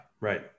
Right